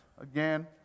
Again